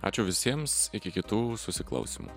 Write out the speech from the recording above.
ačiū visiems iki kitų susiklausymų